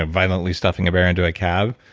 ah violently stuffing a bear into a cab.